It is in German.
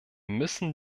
müssen